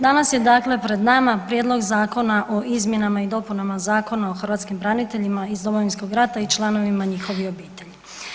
Danas je dakle pred nama Prijedlog zakona o izmjenama i dopunama Zakona o hrvatskim braniteljima iz Domovinskog rata i članovima njihovih obitelji.